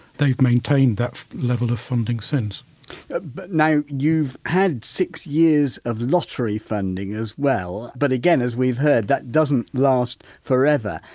they've maintained that level of funding since but now you've had six years of lottery funding as well but again, as we've heard, that doesn't last forever.